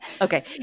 Okay